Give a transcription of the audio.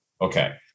Okay